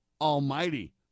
Almighty